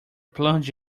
plunge